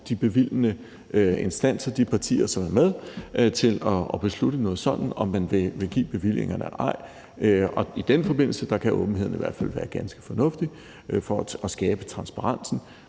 de bevilgende instanser og de partier, som er med til at beslutte noget sådant, altså om man vil give bevillingerne eller ej. Og i den forbindelse kan åbenheden i hvert fald være ganske fornuftig i forhold til at skabe transparensen.